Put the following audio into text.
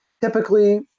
typically